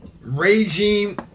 Regime